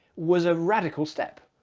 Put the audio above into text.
was a radical step,